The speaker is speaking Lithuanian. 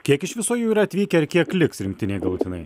kiek iš viso jų yra atvykę ir kiek liks rinktinėj galutinai